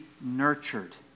nurtured